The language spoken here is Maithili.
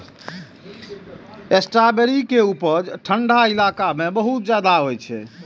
स्ट्राबेरी के उपज ठंढा इलाका मे बहुत ज्यादा होइ छै